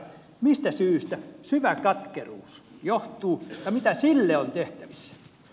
mistä syystä syvä katkeruus johtuu ja mitä sille on tehtävissä